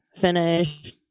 finish